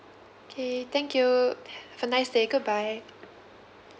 K thank you have a nice day goodbye